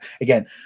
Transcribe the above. again